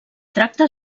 tracta